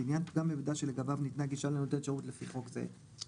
בעניין פגם במידע שלגביו ניתנה גישה לנותן שירות לפי חוק זה,